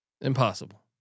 Impossible